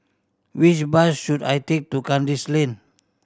which bus should I take to Kandis Lane